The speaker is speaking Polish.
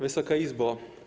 Wysoka Izbo!